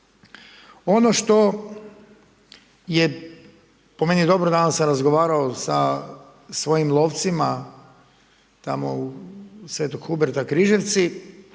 Ono što je po meni dobro, danas sam razgovarao sa svojim lovcima tamo u Svetog Huberta Križevci